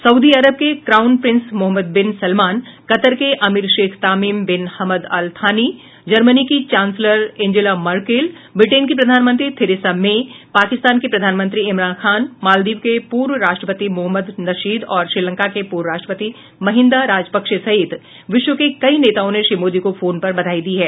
Saudi Arab के crown prince Mohammed bin Salman Qatar के अमीर शेख Tamim bin Hamad Al Thani Germany की चांसलर एंजेला मर्केल ब्रिटेन की प्रधानमंत्री थेरेसा मे पाकिस्तान के प्रधानमंत्री इमरान खान मालदीव के पूर्व राष्ट्रपति मोहम्मद नशीद और श्रीलंका के पूर्व राष्ट्रपति महिंदा राजपक्षे सहित विश्व के कई नेताओं ने श्री मोदी को फोन कर बधाई दी है